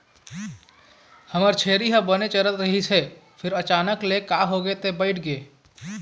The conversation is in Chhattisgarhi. हमर छेरी ह बने चरत रहिस हे फेर अचानक ले का होगे ते बइठ गे